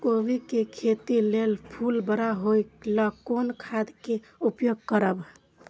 कोबी के खेती लेल फुल बड़ा होय ल कोन खाद के उपयोग करब?